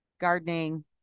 gardening